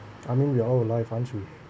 I mean we're all alive aren't we